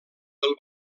del